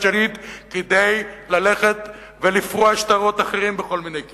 שליט כדי ללכת ולפרוע שטרות אחרים בכל מיני כיוונים.